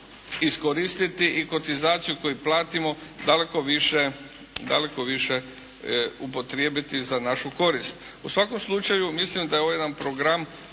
iskoristiti i kotizaciju koju platimo daleko više upotrijebiti za našu korist. U svakom slučaju mislim da je ovo jedan program